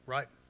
Right